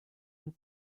and